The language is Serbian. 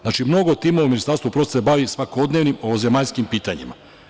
Znači, mnogo timova u Ministarstvu prosvete se bavi svakodnevnim ovozemaljskim pitanjima.